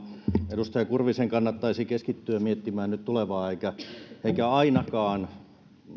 edustaja kurvisen kannattaisi keskittyä miettimään nyt tulevaa eikä ainakaan